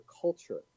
culture